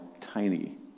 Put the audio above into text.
tiny